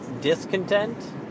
discontent